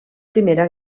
primera